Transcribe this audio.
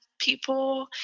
people